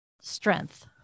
strength